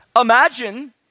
Imagine